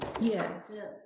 yes